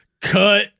Cut